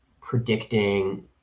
predicting